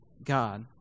God